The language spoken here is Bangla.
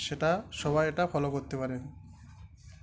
সেটা সবাই এটা ফলো করতে পারেন